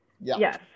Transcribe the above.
yes